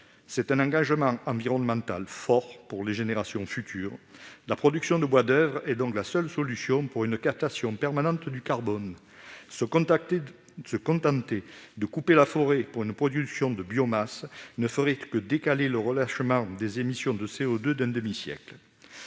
C'est un engagement environnemental fort pour les générations futures. La production de bois d'oeuvre est la seule solution pour capter du carbone de façon permanente. Se contenter de couper la forêt pour produire de la biomasse ne ferait que décaler le relâchement des émissions de CO2 d'un demi-siècle.